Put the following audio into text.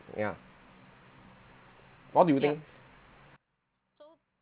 yeah what do you think